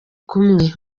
kumwe